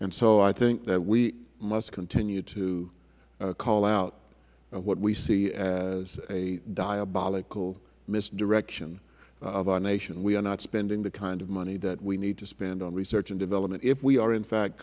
and so i think that we must continue to call out what we see as a diabolical misdirection of our nation we are not spending the kind of money that we need to spend on research and development if we are in fact